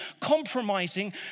compromising